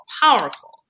powerful